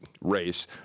race